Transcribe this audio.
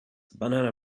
banana